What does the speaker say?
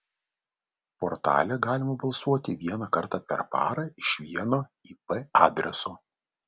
portale galima balsuoti vieną kartą per parą iš vieno ip adreso